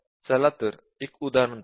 चला एक उदाहरण पाहू